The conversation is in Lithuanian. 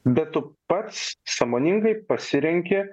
bet tu pats sąmoningai pasirenki